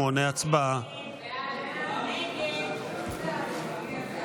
198. הצבעה.